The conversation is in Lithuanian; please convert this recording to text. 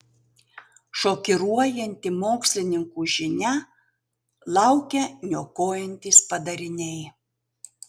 šokiruojanti mokslininkų žinia laukia niokojantys padariniai